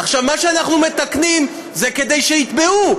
עכשיו, מה שאנחנו מתקנים זה כדי שיתבעו.